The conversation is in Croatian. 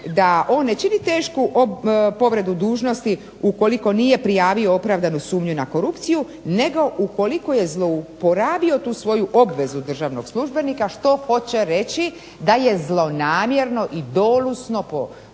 da on ne čini tešku povredu dužnosti ukoliko nije prijavio opravdanu sumnju na korupciju nego ukoliko je zlouporabio tu svoju obvezu državnog službenika što hoće reći da je zlonamjerno, idolusno ponašao